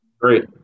Great